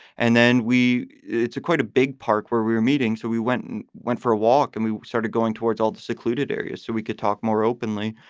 and then we it's a quite a big park where we're meeting. so we went and went for a walk and we started going towards all the secluded area so we could talk more openly.